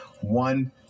one